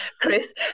Chris